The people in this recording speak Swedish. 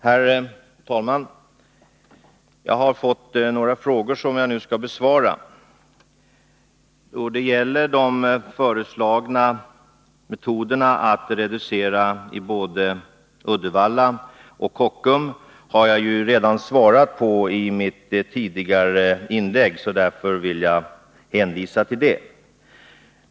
Herr talman! Jag har fått några frågor som jag nu skall besvara. Frågan beträffande de föreslagna metoderna att reducera kapaciteten vid både Uddevalla och Kockum har jag redan svarat på i mitt tidigare inlägg. Därför vill jag hänvisa till det.